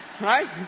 Right